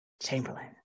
Chamberlain